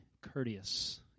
courteous